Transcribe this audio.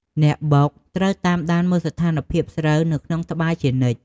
អ្នកបុកត្រូវតាមដានមើលស្ថានភាពស្រូវនៅក្នុងត្បាល់ជានិច្ច។